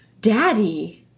daddy